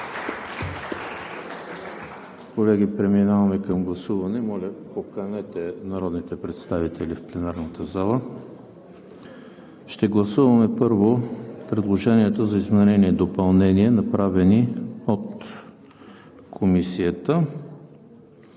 Колеги, преминаваме към гласуване. Моля, поканете народните представители в пленарната зала. Ще гласуваме първо предложенията за изменение и допълнение, направени от Комисията